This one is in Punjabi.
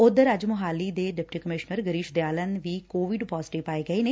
ਉਧਰ ਅੱਜ ਮੁਹਾਲੀ ਦੇ ਡਿਪਟੀ ਕਮਿਸ਼ਨਰ ਗਿਰੀਸ਼ ਦਿਆਲਨ ਦੀ ਕੋਵਿਡ ਪਾਜ਼ੇਟਿਵ ਪਾਏ ਗਏ ਨੇ